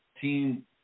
team